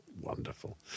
wonderful